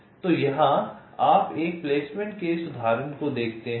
तो यहां आप एक प्लेसमेंट के इस उदाहरण को देखते हैं यह एक प्लेसमेंट है